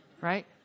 right